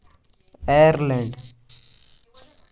air land